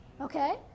okay